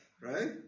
right